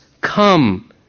come